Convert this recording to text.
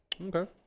Okay